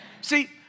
See